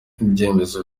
ibyemezo